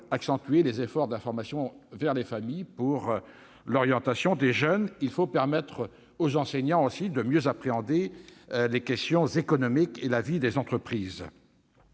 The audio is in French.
accentuer les efforts d'information des familles en vue de l'orientation des jeunes et permettre aux enseignants de mieux appréhender les questions économiques et la vie des entreprises.